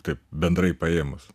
taip bendrai paėmus